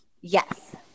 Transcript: Yes